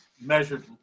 measured